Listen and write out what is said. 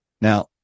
Now